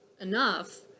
enough